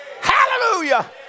Hallelujah